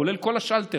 כולל כל השלטרים,